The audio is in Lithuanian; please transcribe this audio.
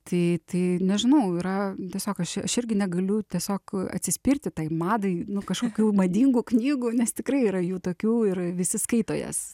tai tai nežinau yra tiesiog aš aš irgi negaliu tiesiog atsispirti tai madai nu kažkokių madingų knygų nes tikrai yra jų tokių ir visi skaito jas